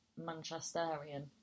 Manchesterian